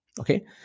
Okay